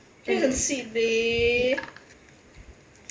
很 sweet leh